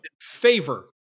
favor